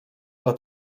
dla